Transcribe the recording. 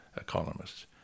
economists